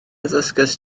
ddysgaist